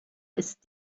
ist